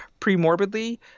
premorbidly